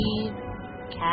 Cat